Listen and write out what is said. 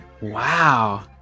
wow